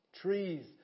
Trees